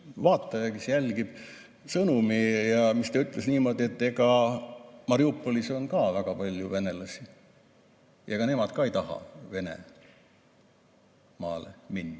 vaataja, kes meid jälgib, sõnumi ja ütles niimoodi, et Mariupolis on ka väga palju venelasi ja ega nemad ka ei taha Venemaale minna.